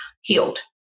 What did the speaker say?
healed